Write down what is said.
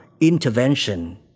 intervention